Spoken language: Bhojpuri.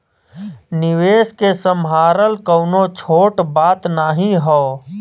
निवेस के सम्हारल कउनो छोट बात नाही हौ